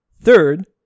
Third